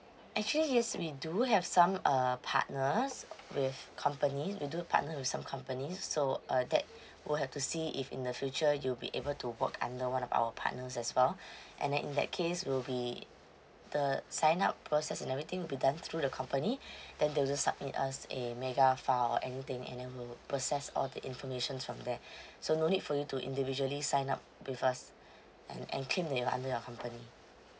actually yes we do have some uh partners with companies we do partner with some companies so uh that would have to see if in the future you'll be able to work under one of our partners as well and then in that case we'll be the sign up process and everything will be done through the company then they also submit us a mega file anything and then we'll process all the information from there so no need for you to individually sign up with us and and claim that you're under your company